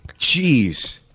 Jeez